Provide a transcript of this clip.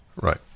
Right